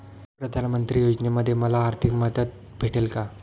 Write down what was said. प्रधानमंत्री योजनेमध्ये मला आर्थिक मदत भेटेल का?